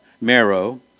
marrow